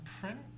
print